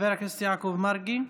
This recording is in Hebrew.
חבר הכנסת יעקב מרגי,